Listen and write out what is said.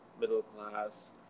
middle-class